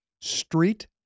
street